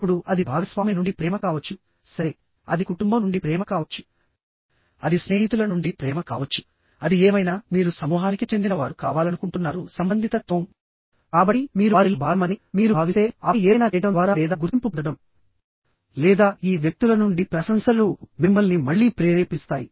ఇప్పుడు అది భాగస్వామి నుండి ప్రేమ కావచ్చు సరే అది కుటుంబం నుండి ప్రేమ కావచ్చు అది స్నేహితుల నుండి ప్రేమ కావచ్చు అది ఏమైనా మీరు సమూహానికి చెందినవారు కావాలనుకుంటున్నారు సంబంధితత్వం కాబట్టి మీరు వారిలో భాగమని మీరు భావిస్తే ఆపై ఏదైనా చేయడం ద్వారా లేదా గుర్తింపు పొందడం లేదా ఈ వ్యక్తుల నుండి ప్రశంసలు మిమ్మల్ని మళ్లీ ప్రేరేపిస్తాయి